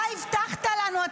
אתה הבטחת לנו,